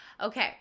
Okay